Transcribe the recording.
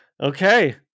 Okay